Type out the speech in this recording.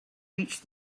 reach